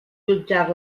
jutjar